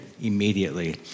immediately